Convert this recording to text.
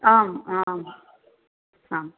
आम् आम् आम्